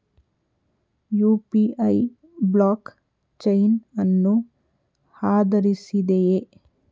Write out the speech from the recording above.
UPI blockchain ಅನ್ನು ಆಧರಿಸಿದೆಯೇ?